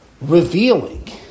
revealing